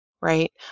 right